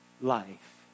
life